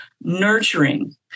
nurturing